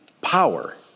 power